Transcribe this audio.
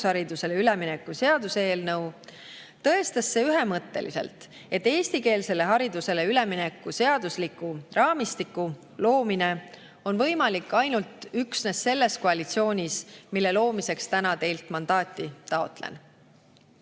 alusharidusele ülemineku seaduseelnõu, tõestas see ühemõtteliselt, et eestikeelsele haridusele ülemineku seadusliku raamistiku loomine on võimalik üksnes selles koalitsioonis, mille loomiseks täna teilt mandaati taotlen. Kui